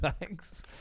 thanks